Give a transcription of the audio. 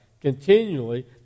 continually